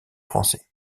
français